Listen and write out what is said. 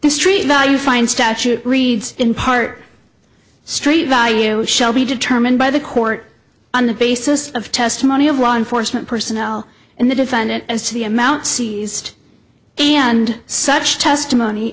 the street value fine statute reads in part street value shall be determined by the court on the basis of testimony of law enforcement personnel and the defendant as to the amount seized and such testimony